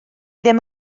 ddim